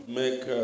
make